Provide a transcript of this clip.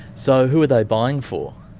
so who are they buying for?